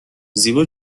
زیبا